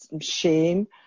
shame